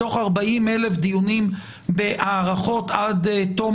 מתוך 40,000 דיונים בהארכות עד תום